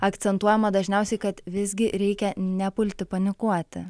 akcentuojama dažniausiai kad visgi reikia nepulti panikuoti